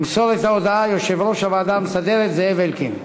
ימסור את ההודעה יושב-ראש הוועדה המסדרת זאב אלקין.